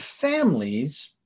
families –